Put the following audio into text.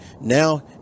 Now